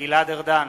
גלעד ארדן,